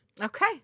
Okay